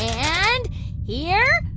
and here